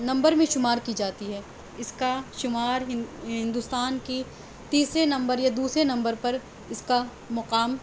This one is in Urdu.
نمبر میں شمار کی جاتی ہے اس کا شمار ہندوستان کی تیسرے نمبر یا دوسرے نمبر پر اس کا مقام